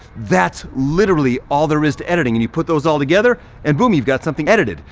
that's literally all there is to editing. and you put those all together and boom, you've got something edited.